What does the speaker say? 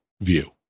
view